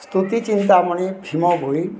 Stuti Chintamani Bhima Bhoi